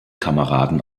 kameraden